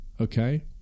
okay